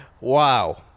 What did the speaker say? wow